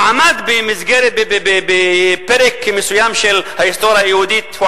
הוא עמד בפרק מסוים של ההיסטוריה היהודית,